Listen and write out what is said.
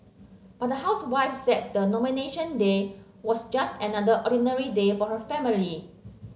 but the housewife said the Nomination Day was just another ordinary day for her family